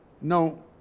no